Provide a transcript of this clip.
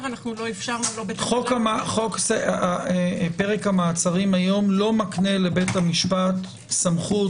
-- חוק פרק המעצרים היום לא מקנה לבית המשפט סמכות